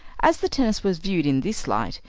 as the tennis was viewed in this light,